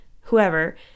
whoever